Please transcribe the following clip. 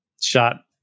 Shot